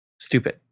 Stupid